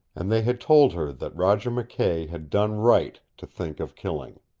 and they had told her that roger mckay had done right to think of killing.